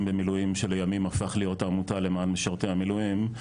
במילואים שלימים הפך להיות עמותה למען משרתי המילואים,